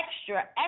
extra